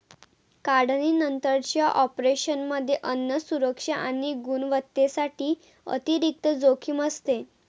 काढणीनंतरच्या ऑपरेशनमध्ये अन्न सुरक्षा आणि गुणवत्तेसाठी अतिरिक्त जोखीम असते